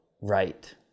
right